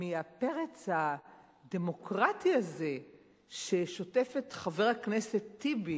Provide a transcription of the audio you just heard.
מהפרץ הדמוקרטי הזה ששוטף את חבר הכנסת טיבי,